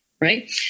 right